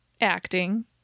acting